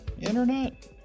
internet